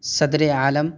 صدرِ عالم